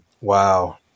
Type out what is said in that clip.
Wow